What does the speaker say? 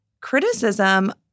criticism